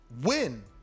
Win